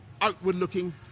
outward-looking